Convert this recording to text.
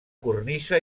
cornisa